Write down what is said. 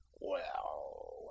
Well